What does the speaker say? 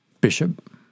bishop